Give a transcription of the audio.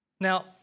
Now